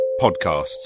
podcasts